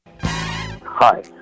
Hi